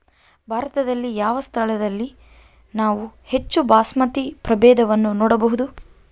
ಭಾರತದಲ್ಲಿ ಯಾವ ಸ್ಥಳದಲ್ಲಿ ನಾವು ಹೆಚ್ಚು ಬಾಸ್ಮತಿ ಪ್ರಭೇದವನ್ನು ನೋಡಬಹುದು?